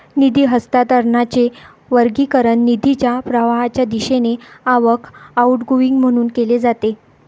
निधी हस्तांतरणाचे वर्गीकरण निधीच्या प्रवाहाच्या दिशेने आवक, आउटगोइंग म्हणून केले जाते